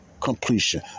completion